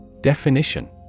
Definition